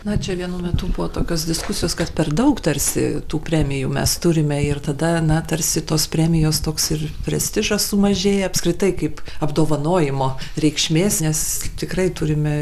na čia vienu metu buvo tokios diskusijos kad per daug tarsi tų premijų mes turime ir tada na tarsi tos premijos toks ir prestižas sumažėja apskritai kaip apdovanojimo reikšmės nes tikrai turime